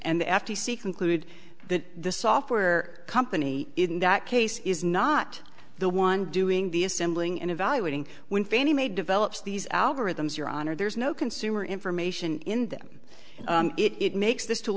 and the f t c conclude that the software company in that case is not the one doing the assembling and evaluating when fannie mae develops these algorithms your honor there's a consumer information in them it makes this tool